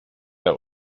der